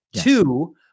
Two